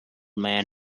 man